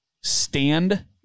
stand